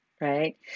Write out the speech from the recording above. right